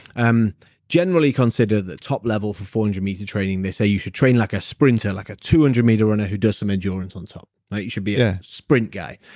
um generally consider the top level for four and hundred meter training, they say you should train like a sprinter, like a two hundred meter runner who does some endurance on top. right? you should be a sprint guy.